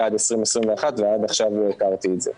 עד 2021 ועד עכשיו לא הכרתי את זה.